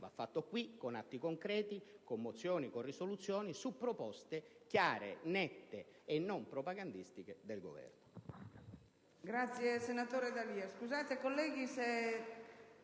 va fatto qui, con atti concreti, con mozioni, con risoluzioni, su proposte chiare, nette e non propagandistiche del Governo.